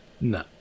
No